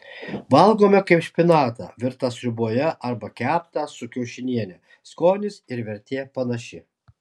valgome kaip špinatą virtą sriuboje arba keptą su kiaušiniene skonis ir vertė panaši